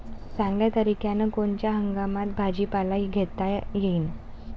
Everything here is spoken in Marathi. चांगल्या तरीक्यानं कोनच्या हंगामात भाजीपाला घेता येईन?